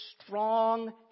strong